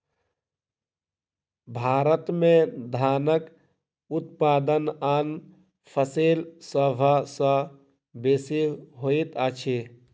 भारत में धानक उत्पादन आन फसिल सभ सॅ बेसी होइत अछि